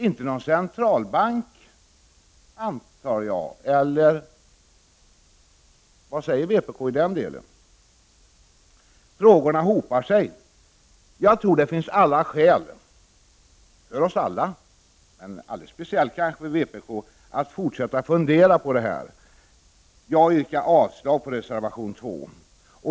Inte någon centralbank, antar jag. Eller vad säger vpk i den delen? Frågorna hopar sig. Jag tror det finns alla skäl — för oss allihop, men kanske alldeles speciellt för vpk — att fortsätta fundera på detta. Jag yrkar avslag på reservation 2.